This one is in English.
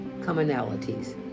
commonalities